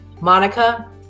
monica